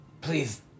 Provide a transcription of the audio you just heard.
please